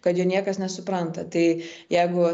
kad jo niekas nesupranta tai jeigu